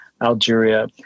Algeria